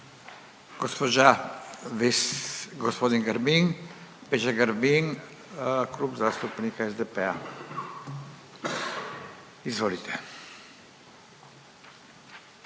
gospodin Grbin, Peđa Grbin, Klub zastupnika SDP-a. Izvolite.